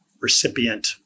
recipient